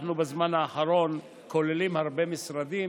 אנחנו בזמן האחרון כוללים הרבה משרדים,